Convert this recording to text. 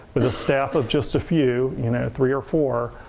but the staff of just a few, you know three or four,